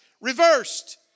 reversed